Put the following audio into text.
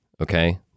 okay